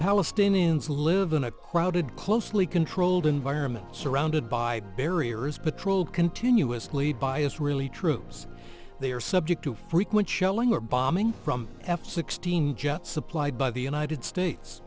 palestinians live in a crowded closely controlled environment surrounded by barriers patrolled continuously bias really troops they are subject to frequent shelling or bombing from f sixteen jets supplied by the united states